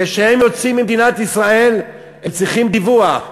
כשהם יוצאים ממדינת ישראל הם צריכים דיווח.